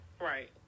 Right